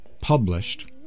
published